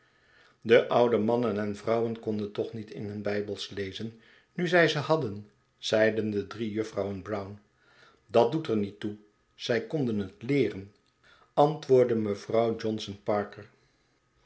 de oude mannen en vrouwen konden toch niet in hun bijbels lezen nu zij ze hadden zeiden de drie juffrouwen brown u dat doet er niet toe zij konden het leeren antwoordde mevrouw johnson parker